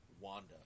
Wanda